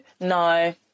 No